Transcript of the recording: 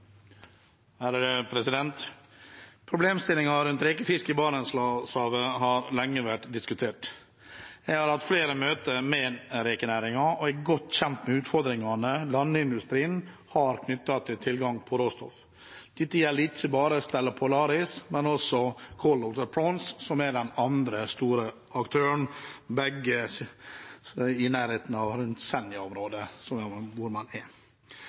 løysing på. Problemstillingene rundt rekefiske i Barentshavet har lenge vært diskutert. Jeg har hatt flere møter med rekenæringen og er godt kjent med utfordringene landindustrien har knyttet til tilgang på råstoff. Dette gjelder ikke bare Stella Polaris, men også Coldwater Prawns, som er den andre store aktøren. De ligger begge i